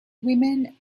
women